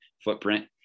footprint